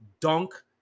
Dunk